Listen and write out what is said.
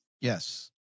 Yes